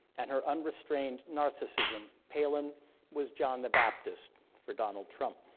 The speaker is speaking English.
and her unrestrained narcissism, palin was john the baptist for donald trump.